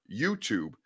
YouTube